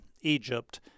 Egypt